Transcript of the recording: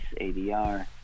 ADR